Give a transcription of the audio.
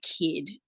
kid